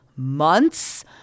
months